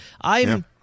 I'm-